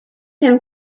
him